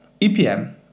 EPM